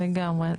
נכון.